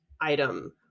item